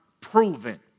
proven